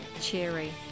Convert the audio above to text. cheery